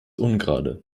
ungerade